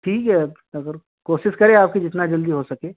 ठीक है अब अगर कोशिश करें आप कि जितना जल्दी हो सके